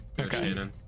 Okay